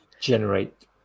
generate